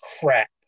crap